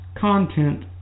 content